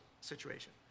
situation